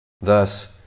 Thus